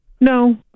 no